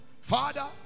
Father